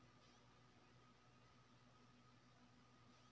हम ऑनलाइन बीज केना कीन सकलियै हन?